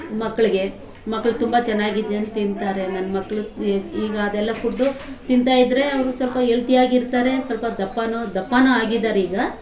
ಮಕ್ಕಳಿಗೆ ಮಕ್ಳು ತುಂಬ ಚೆನ್ನಾಗಿ ಇದನ್ನ ತಿಂತಾರೆ ನನ್ನ ಮಕ್ಳು ಈಗ ಅದೆಲ್ಲ ಫುಡ್ಡು ತಿಂತಾಯಿದ್ದರೆ ಅವರು ಸ್ವಲ್ಪ ಎಲ್ತಿಯಾಗಿರ್ತಾರೆ ಸ್ವಲ್ಪ ದಪ್ಪನೂ ದಪ್ಪನೂ ಆಗಿದ್ದಾರೀಗ